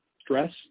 stress